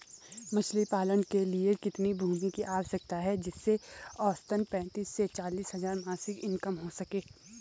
मछली पालन के लिए कितनी भूमि की आवश्यकता है जिससे औसतन पैंतीस से चालीस हज़ार मासिक इनकम हो सके?